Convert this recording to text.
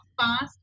fast